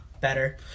Better